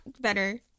better